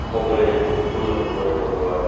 मोगरे जो गुल उनजो पौधो आहे